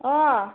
अ